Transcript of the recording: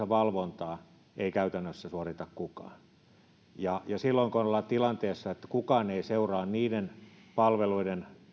valvontaa ei käytännössä suorita kukaan silloin kun ollaan tilanteessa että kukaan ei seuraa niiden palveluiden